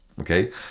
Okay